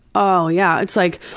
oh yeah, it's like.